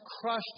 crushed